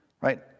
Right